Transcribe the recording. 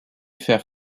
faire